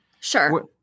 Sure